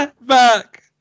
back